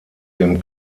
dem